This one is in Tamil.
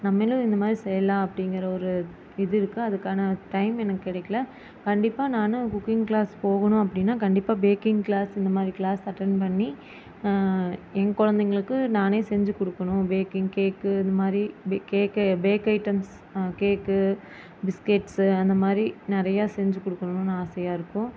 நம்மளும் இந்தமாதிரி செய்யலாம் அப்படிங்கிற ஒரு இது இருக்குது அதுக்கான டைம் எனக்கு கிடைக்கல கண்டிப்பாக நானும் குக்கிங் க்ளாஸ் போகணும் அப்படின்னா கண்டிப்பாக பேக்கிங் க்ளாஸ் இந்தமாதிரி க்ளாஸ் அட்டன் பண்ணி என் குழந்தைங்களுக்கு நானே செஞ்சுக் கொடுக்கணும் பேக்கிங் கேக்கு இதுமாதிரி cake bake items cake biscuits அந்தமாதிரி நிறையா செஞ்சுக் கொடுக்கணுன்னு ஆசையாக இருக்கும்